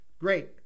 great